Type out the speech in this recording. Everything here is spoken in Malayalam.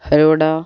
ഹലോ എടാ